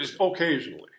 occasionally